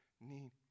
need